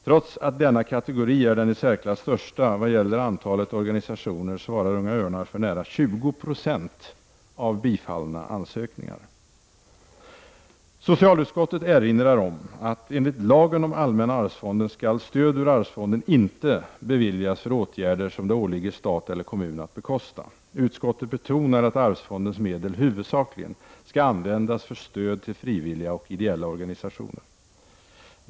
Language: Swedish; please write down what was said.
Trots att denna kategori är den i särklass största i vad gäller antalet organisationer svarar Unga Örnar för nära 20 90 av de bifallna ansökningarna. Socialutskottet erinrar om att enligt lagen om allmänna arvsfonden skall stöd ur arvsfonden inte beviljas för åtgärder som det åligger stat eller kommun att bekosta. Utskottet betonar att arvsfondens medel huvudsakligen skall användas för stöd till frivilliga och ideella organisationer.